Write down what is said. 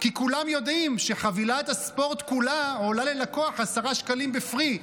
כי כולם יודעים שחבילת הספורט כולה עולה ללקוח עשרה שקלים ב-FreeTV,